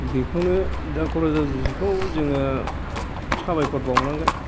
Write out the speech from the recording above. बेखौनो दा क'क्राझार दिस्त्रिक्ट खौ जोङो साबायखर बावनांगोन